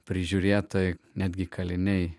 prižiūrėtojai netgi kaliniai